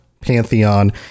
pantheon